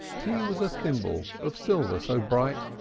t was a thimble, of silver so bright!